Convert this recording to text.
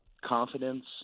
confidence